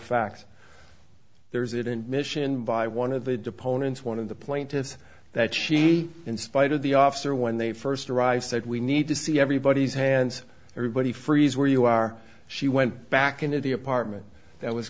facts there's it in mission by one of the deponents one of the plaintiffs that she in spite of the officer when they first arrived said we need to see everybody's hands everybody freeze where you are she went back into the apartment that was